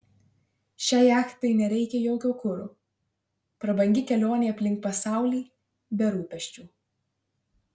šiai jachtai nereikia jokio kuro prabangi kelionė aplink pasaulį be rūpesčių